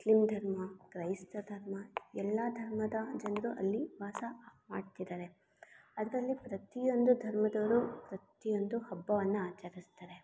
Muslim ಧರ್ಮ ಕ್ರೈಸ್ತ ಧರ್ಮ ಎಲ್ಲ ಧರ್ಮದ ಜನರು ಅಲ್ಲಿ ವಾಸ ಮಾಡ್ತಿದ್ದಾರೆ ಅದರಲ್ಲಿ ಪ್ರತಿಯೊಂದು ಧರ್ಮದವರು ಪ್ರತಿಯೊಂದು ಹಬ್ಬವನ್ನು ಆಚರಿಸ್ತಾರೆ